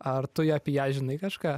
ar tu apie ją žinai kažką